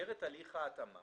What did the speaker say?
שבמסגרת הליך ההתאמה